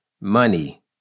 Money